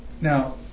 now